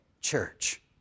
church